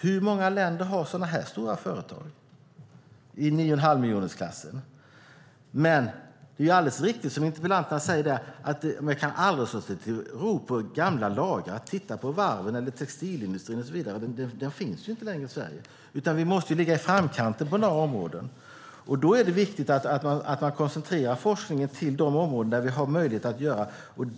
Hur många länder med nio och en halv miljon invånare har sådana stora företag? Det är dock alldeles riktigt som interpellanterna säger: Man kan aldrig slå sig till ro och vila på gamla lagrar. Titta på varven, textilindustrin och så vidare; de finns inte längre i Sverige. Vi måste ligga i framkant på en rad områden, och då är det viktigt att man koncentrerar forskningen till de områden där vi har möjlighet att göra det.